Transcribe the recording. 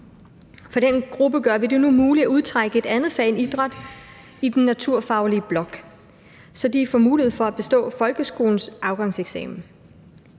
For den gruppe gør vi det nu muligt at udtrække et andet fag end idræt, i den naturfaglige blok, så de får mulighed for at bestå folkeskolens afgangseksamen.